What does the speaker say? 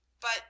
But